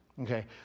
okay